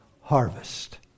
harvest